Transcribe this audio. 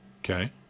Okay